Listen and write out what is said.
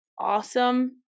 awesome